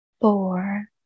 four